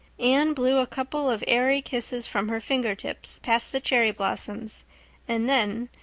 anne blew a couple of airy kisses from her fingertips past the cherry blossoms and then,